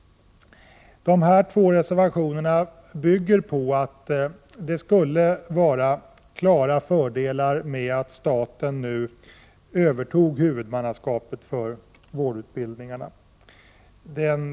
De här två reservationerna bygger på att det skulle vara klara fördelar med att staten övertog huvudmannaskapet för vårdutbildningarna.